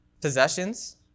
possessions